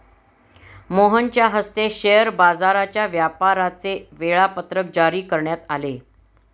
मोहनच्या हस्ते शेअर बाजाराच्या व्यापाराचे वेळापत्रक जारी करण्यात आले